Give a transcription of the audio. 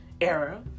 era